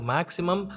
Maximum